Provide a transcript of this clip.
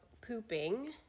pooping